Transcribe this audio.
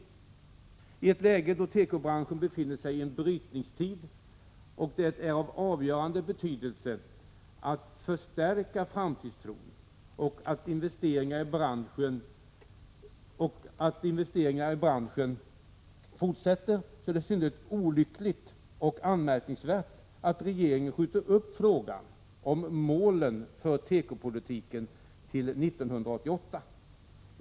I ett läge då tekobranschen befinner sig i en brytningstid och det är av avgörande betydelse att förstärka framtidstron och investeringarna inom branschen är det synnerligen olyckligt och anmärkningsvärt att regeringen skjuter upp frågan om målen för tekopolitiken till år 1988.